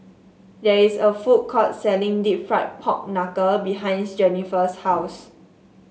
there is a food court selling deep fried Pork Knuckle behind Jennifer's house